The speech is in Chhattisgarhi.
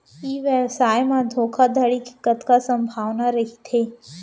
ई व्यवसाय म धोका धड़ी के कतका संभावना रहिथे?